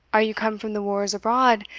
are you come from the wars abroad,